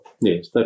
Yes